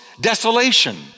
desolation